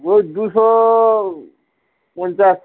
ওই দুশো পঞ্চাশ